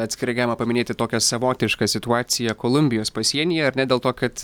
atskirai galima paminėti tokią savotišką situaciją kolumbijos pasienyje ar ne dėl to kad